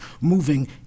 moving